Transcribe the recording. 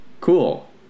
Cool